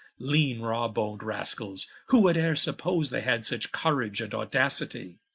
leane raw-bon'd rascals, who would e'er suppose, they had such courage and audacitie?